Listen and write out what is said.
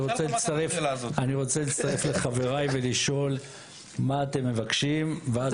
אני רוצה להצטרף לחבריי ולשאול מה אתם מבקשים ואז